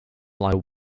lie